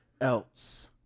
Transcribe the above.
else